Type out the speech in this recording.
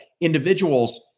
individuals